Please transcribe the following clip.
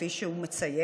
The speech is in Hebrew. כפי שהוא מציין,